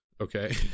okay